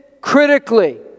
critically